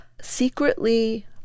secretly